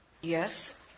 Yes